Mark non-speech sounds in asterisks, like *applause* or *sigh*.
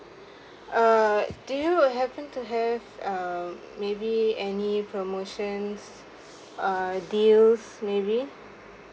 *breath* uh do you happen to have um maybe any promotion uh deals maybe